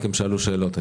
הח"כים שאלו שאלות,